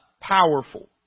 powerful